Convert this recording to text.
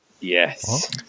Yes